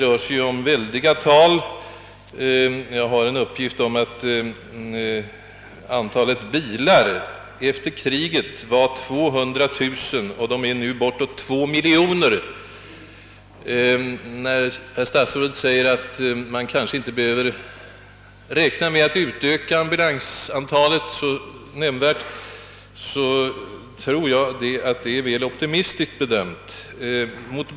Herr statsrådet säger att man kanske inte behöver öka ut antalet ambulanser nämnvärt, men det tror jag är en väl optimistisk bedömning mot bakgrunden av den väldigt kraftiga trafikökningen. De övriga frågor jag framställde ansluter sig också till svaret, men jag kan medge att frågan om huvudmannaskapet, driften av ambulansväsendet, kan vara av så principiell natur att jag blir tvungen att komma tillbaka till den frågan.